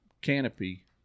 canopy